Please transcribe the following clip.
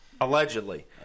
Allegedly